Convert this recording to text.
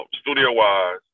studio-wise